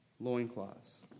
loincloths